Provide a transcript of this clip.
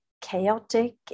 chaotic